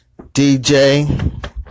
DJ